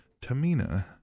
Tamina